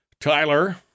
Tyler